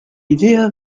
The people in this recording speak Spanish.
idea